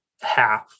half